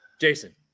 Jason